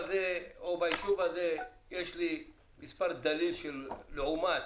בישוב הזה יש לי מספר דליל של בתי אב, לעומת